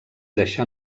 deixà